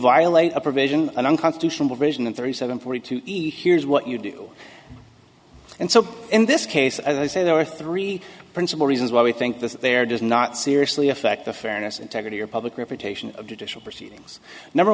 violate a provision unconstitutional vision and thirty seven forty two here's what you do and so in this case i say there are three principle reasons why we think that there does not seriously affect the fairness integrity or public reputation of judicial proceedings number